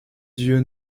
dieu